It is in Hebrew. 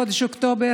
חודש אוקטובר,